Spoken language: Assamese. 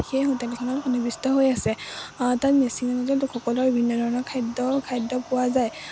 সেই হোটেলখনত সন্নিৱিষ্ট হৈ আছে তাত মিচিং জনজাতিৰ লোকসকলৰ বিভিন্ন ধৰণৰ খাদ্য খাদ্য পোৱা যায়